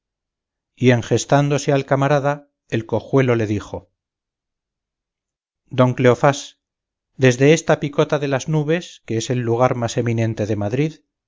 y engestándose al camarada el cojuelo le dijo don cleofás desde esta picota de las nubes que es el lugar más eminente de madrid